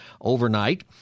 overnight